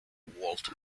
walt